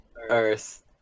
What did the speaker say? Earth